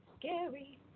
Scary